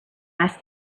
asked